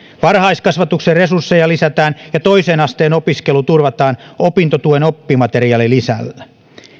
varhaiskasvatuksen resursseja lisätään ja toisen asteen opiskelu turvataan opintotuen oppimateriaalilisällä